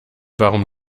warum